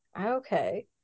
Okay